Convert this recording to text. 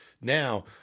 now